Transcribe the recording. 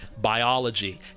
biology